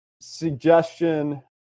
suggestion